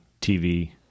TV